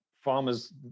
Farmers